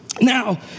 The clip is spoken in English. Now